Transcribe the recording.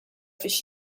fix